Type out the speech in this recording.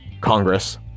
congress